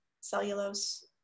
cellulose